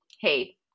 hey